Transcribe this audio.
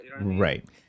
Right